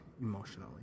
emotionally